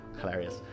Hilarious